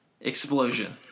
explosion